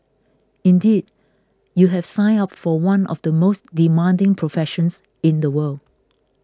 indeed you have signed up for one of the most demanding professions in the world